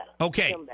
Okay